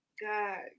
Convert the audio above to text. God